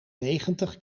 negentig